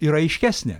ir aiškesnė